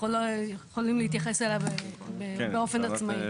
יכולים להתייחס אליה באופן עצמאי,